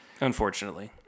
unfortunately